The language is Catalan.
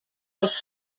dels